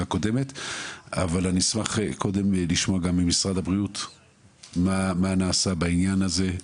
הקודמת אבל לפני כן אני ארצה לשמוע ממשרד הבריאות מה נעשה בעניין הזה.